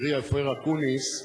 קרי אופיר אקוניס,